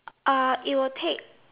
it will take